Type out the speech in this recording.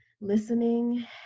listening